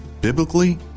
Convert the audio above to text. biblically